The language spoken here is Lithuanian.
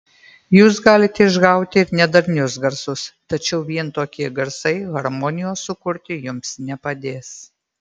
jūs galite išgauti ir nedarnius garsus tačiau vien tokie garsai harmonijos sukurti jums nepadės